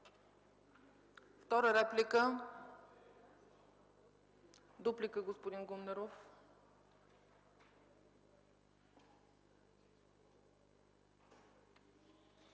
Втора реплика? Дуплика, господин Гумнеров.